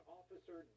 officer